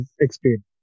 explain